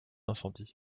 incendies